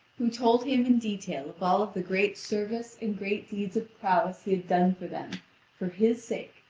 who told him in detail of all the great service and great deeds of prowess he had done for them for his sake,